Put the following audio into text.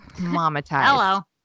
Hello